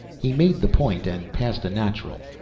he made the point and passed a natural.